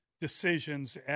decisions